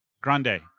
grande